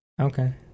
Okay